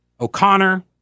O'Connor